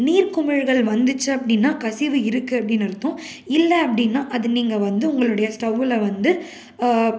நீர்க்குமிழ்கள் வந்துச்சு அப்படின்னா கசிவு இருக்குது அப்படின்னு அர்த்தம் இல்லை அப்படின்னா அது நீங்கள் வந்து உங்களுடைய ஸ்டவ்வில் வந்து